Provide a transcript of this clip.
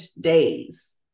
days